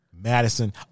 Madison